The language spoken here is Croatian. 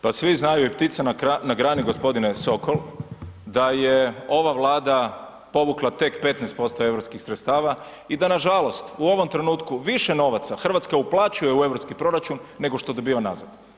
Pa svi znaju i ptice na grani gospodine Sokol da je ova Vlada povukla tek 15% europskih sredstava i da nažalost u ovom trenutku više novaca Hrvatska uplaćuje u Europski proračun, nego što dobiva nazad.